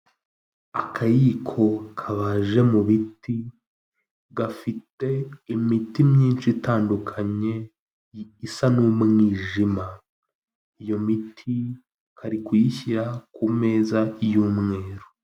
Akayiko kabaje mu biti, gafite imiti myinshi itandukanye isa n'umwijima. Iyo miti kari kuyishyira ku meza y'umweru.